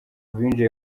binjiye